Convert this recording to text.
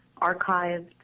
archived